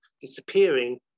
disappearing